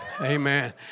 Amen